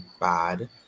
bad